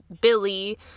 Billy